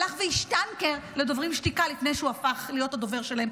הוא הלך והשטנקר לשוברים שתיקה לפני שהוא הפך להיות הדובר שלהם,